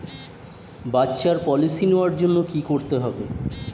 বাচ্চার জন্য পলিসি নেওয়ার জন্য কি করতে হবে?